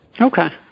Okay